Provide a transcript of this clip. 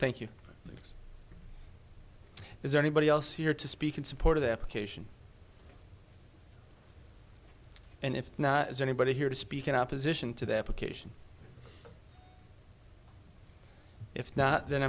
thank you is anybody else here to speak in support of the application and if not is anybody here to speak in opposition to the application if not then